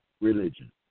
religion